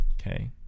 Okay